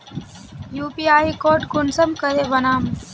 UPI code कुंसम करे बनाम?